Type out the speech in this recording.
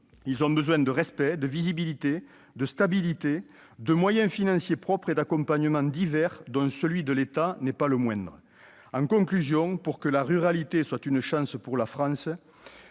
Ils ont besoin de respect, de visibilité, de stabilité, de moyens financiers propres et d'accompagnements divers, celui de l'État n'étant pas le moindre. Monsieur le ministre, pour que la ruralité soit une chance pour la France,